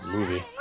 Movie